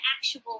actual